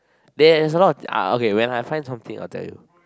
there's a lot uh okay when I find something I will tell you